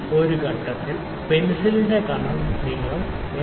ഒരു ഘട്ടത്തിൽ പെൻസിലിന്റെ കനം നീളം 7